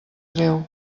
treu